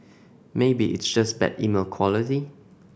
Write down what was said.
maybe it's just bad email quality